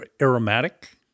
aromatic